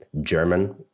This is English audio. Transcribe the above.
German